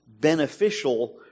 beneficial